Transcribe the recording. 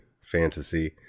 fantasy